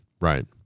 Right